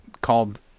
called